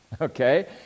okay